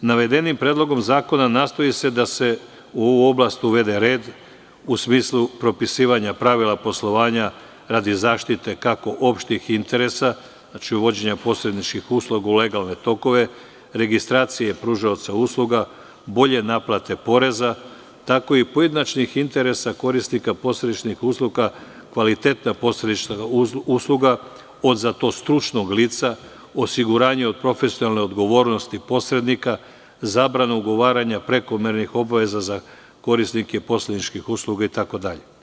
Navedenim predlogom zakona nastoji se da se u ovu oblast uvede red, u smislu propisivanja pravila poslovanja radi zaštite, kako opštih interesa, znači uvođenja posredničkih usluga kako u legalne tokove, registracije pružaoca usluga, bolje naplate poreza, tako i pojedinačnih interesa korisnika posredničkih usluga, kvalitetna posrednička usluga od za to stručnog lica, osiguranje od profesionalne odgovornosti posrednika, zabrana ugovaranja prekomernih obaveza za korisnike posredničkih usluga itd.